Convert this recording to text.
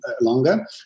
longer